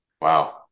Wow